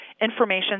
Information